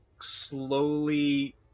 slowly